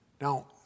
Now